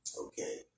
okay